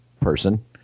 person